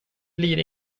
blir